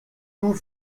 tout